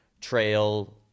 trail